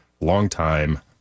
long-time